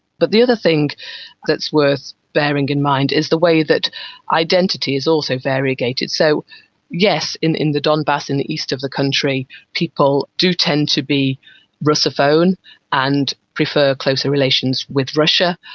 but the other thing that's worth bearing in mind is the way that identity is also variegated. so yes, in in the donbass in the east of the country people do tend to be russophone and prefer closer relations with russia,